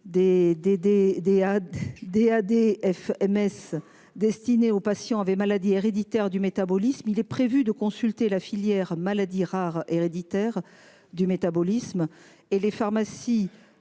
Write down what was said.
D A D F Ms destiné aux patients avaient maladies héréditaires du métabolisme. Il est prévu de consulter la filière maladies rares héréditaire du métabolisme et les pharmacies